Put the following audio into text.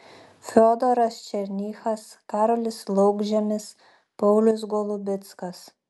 fiodoras černychas karolis laukžemis paulius golubickas